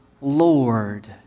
Lord